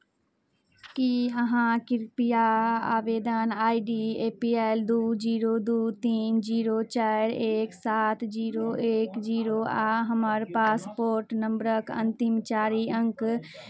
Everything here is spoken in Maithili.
की अहाँ कृपया आवेदन I D A P L दू जीरो दू तीन जीरो चारि एक सात जीरो एक जीरो आ हमर पासपोर्ट नम्बरक अन्तिम चारि अङ्क